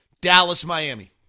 Dallas-Miami